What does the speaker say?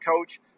coach